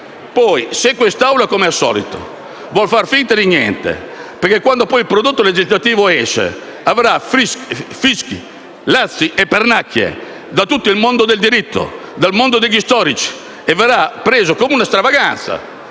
Se quest'Aula, come al solito, vuole fare finta di niente, quando il prodotto legislativo uscirà riceverà fischi, lazzi e pernacchie da tutto il mondo del diritto e degli storici, e verrà preso come una stravaganza.